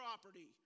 property